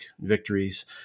victories